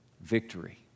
victory